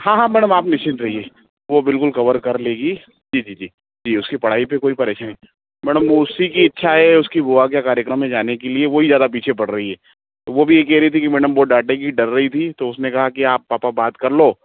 हाँ हाँ मैडम आप निश्चिंत रहिए वह बिलकुल कवर कर लेगी जी जी जी उसकी पढ़ाई पे कोई परेशानी मैडम वो उसी की इच्छा है कि उसकी भुआ के कार्यक्रम में जाने के लिए वही ज़्यादा पीछे पड़ रही है वह भी यही कह रही थी कि मैडम बहुत डाँटेगी डर रही थी तो उसने कहा कि आप पापा बात कर लो